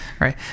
Right